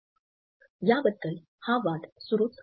याबद्दल हा वाद सुरूच आहे